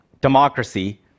democracy